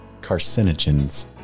carcinogens